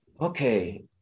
okay